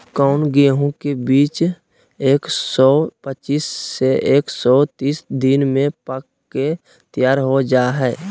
कौन गेंहू के बीज एक सौ पच्चीस से एक सौ तीस दिन में पक के तैयार हो जा हाय?